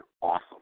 awesome